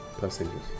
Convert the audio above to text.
passengers